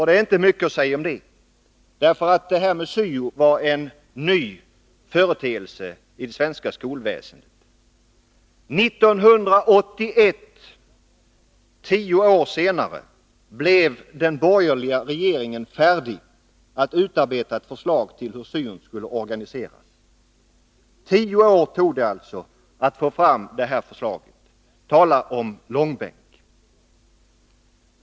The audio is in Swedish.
Det är inte mycket att säga om det, eftersom syo var en ny företeelse i det svenska skolväsendet. 1981 — tio år senare — blev den borgerliga regeringen färdig med ett förslag till hur syo:n skulle organiseras. Tio år tog det alltså att få fram det här förslaget. Tala om långbänk!